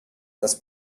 das